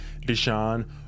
Deshaun